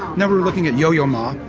now we're looking at yo yo ma.